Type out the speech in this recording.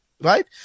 right